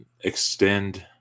extend